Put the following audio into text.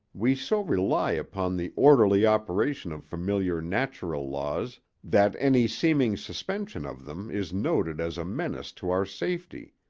we so rely upon the orderly operation of familiar natural laws that any seeming suspension of them is noted as a menace to our safety,